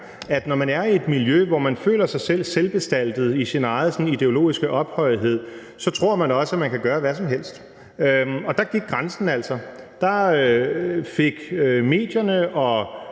Når man er i et miljø, hvor man føler sig selv selvbestaltet i sin egen sådan ideologiske ophøjethed, så tror man også, at man kan gøre hvad som helst. Og der gik grænsen altså. Der fik medierne og